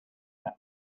him